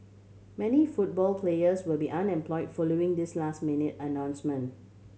many football players will be unemploy following this last minute announcement